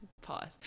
pause